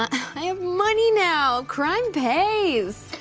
i have money now, crime pays!